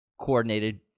coordinated